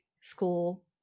school